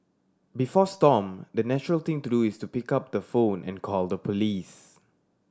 before Stomp the natural thing to do is to pick up the phone and call the police